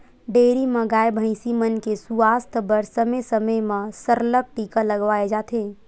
dairy म गाय, भइसी मन के सुवास्थ बर समे समे म सरलग टीका लगवाए जाथे